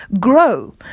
Grow